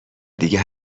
دیگه